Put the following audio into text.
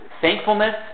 thankfulness